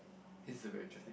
this a very interesting